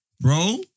Bro